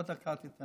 עוד דקה תיתן לי.